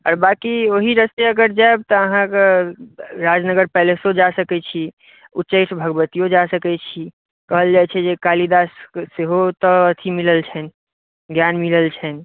बाॅंकी ओहि रस्ते अगर जायब तऽ अहाँके राजनगर पैलेसो जा सकै छी उच्चैठ भगवतियो जा सकै छी कहल जाइ छै जे कालीदास सेहो ओतय अथी मिलल छनि ज्ञान मिलल छनि